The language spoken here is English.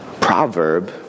proverb